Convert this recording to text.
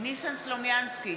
ניסן סלומינסקי,